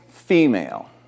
female